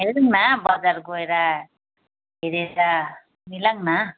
हेरौँ न बजार गएर हेरेर मिलाऊँ न